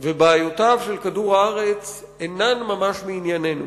ובעיותיו של כדור-הארץ אינן ממש מענייננו.